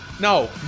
No